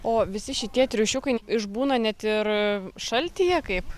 o visi šitie triušiukai išbūna net ir šaltyje kaip